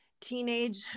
teenage